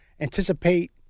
anticipate